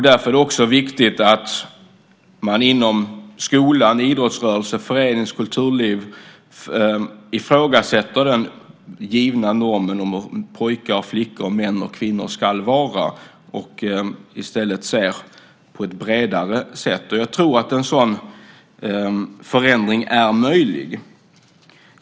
Därför är det också viktigt att man inom skolan, idrottsrörelsen, förenings och kulturliv ifrågasätter den givna normen för hur pojkar och flickor, män och kvinnor ska vara och i stället ser på ett bredare sätt. Jag tror att en sådan förändring är möjlig.